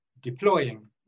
deploying